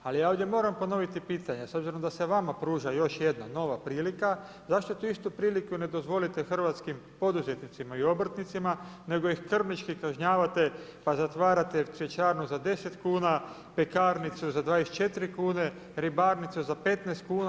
Ali ja ovdje moram ponoviti pitanje, s obzirom da se vama pruža još jedna nova prilika, zašto tu isto priliku ne dozvolite hrvatskim poduzetnicima i obrtnicima, nego ih krvnički kažnjavate, pa zatvarate cvjećarnu za 10kn, pekarnicu za 24 kn, ribarnicu za 15 kn.